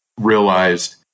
realized